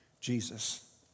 Jesus